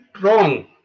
wrong